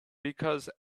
because